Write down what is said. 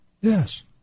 Yes